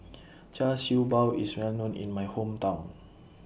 Char Siew Bao IS Well known in My Hometown